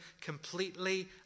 completely